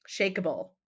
shakable